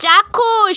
চাক্ষুষ